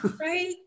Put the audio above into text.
right